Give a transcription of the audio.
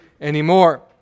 anymore